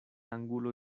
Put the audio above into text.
angulo